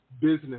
business